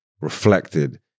reflected